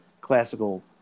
classical